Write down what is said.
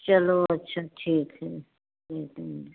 चलो अच्छा ठीक है